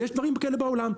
יש דברים כאלה בעולם.